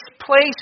place